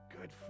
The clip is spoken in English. Good